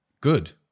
good